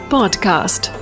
Podcast